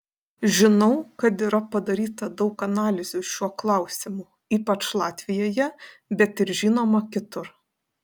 žinau kad yra padaryta daug analizių šiuo klausimu ypač latvijoje bet ir žinoma kitur